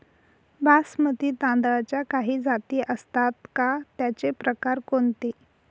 बासमती तांदळाच्या काही जाती असतात का, त्याचे प्रकार कोणते?